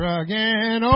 again